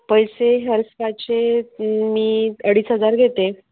पैसे hair spa चे मी अडीच हजार घेते